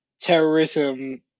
terrorism